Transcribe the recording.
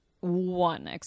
one